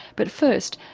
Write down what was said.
but first,